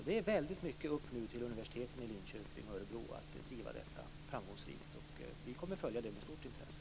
Det är nu väldigt mycket upp till universiteten i Linköping och i Örebro att driva detta framgångsrikt, och vi kommer att följa det med stort intresse.